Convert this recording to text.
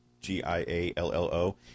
G-I-A-L-L-O